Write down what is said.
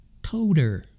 Coder